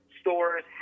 stores